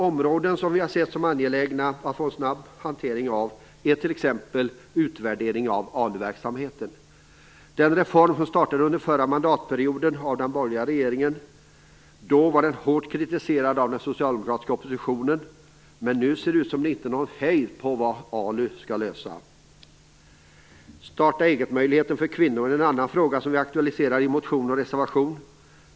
Områden som vi har sett som angelägna att få en snabb hantering av är t.ex. utvärdering av ALU verksamheten, den reform som startade under förra mandatperioden av den borgerliga regeringen. Då var den hårt kritiserad av den socialdemokratiska oppositionen, men nu ser det ut som om det är ingen hejd på vad ALU skall lösa. Starta eget-möjligheten för kvinnor är en annan fråga som vi aktualiserar i motion och reservation.